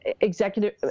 executive